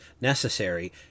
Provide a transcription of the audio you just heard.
necessary